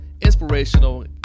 inspirational